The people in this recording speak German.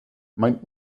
mein